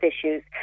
issues